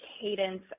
cadence